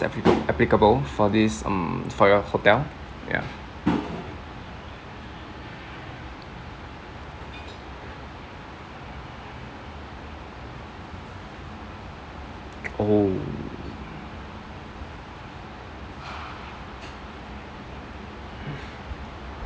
appli~ applicable for this um for your hotel ya oh